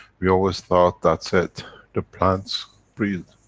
we always thought, that's it the plants breath,